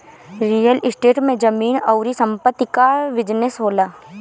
real estate में जमीन अउरी संपत्ति कअ बिजनेस होला